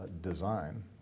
design